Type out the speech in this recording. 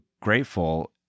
grateful